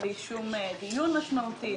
בלי שום דיון משמעותי.